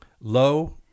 low